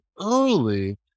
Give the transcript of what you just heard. early